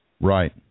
Right